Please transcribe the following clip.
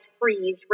freeze